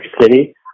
City